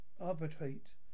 arbitrate